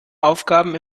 aufgaben